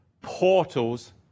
portals